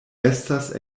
estas